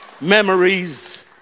Memories